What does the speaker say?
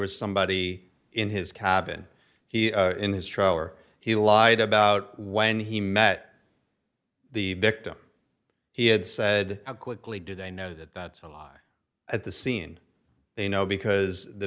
was somebody in his cabin he in his trial or he lied about when he met the victim he had said how quickly do they know that that's a lie at the scene they know because the